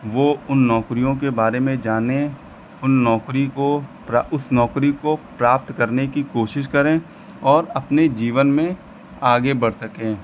वह उन नौकरियों के बारे में जानें उन नौकरी को उस नौकरी को प्राप्त करने की कोशिश करें और अपने जीवन में आगे बढ़ सकें